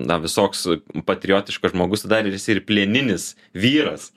na visoks patriotiškas žmogus tai dar ir plieninis vyras